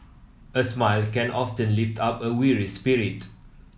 a smile can often lift up a weary spirit